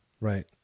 Right